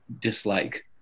dislike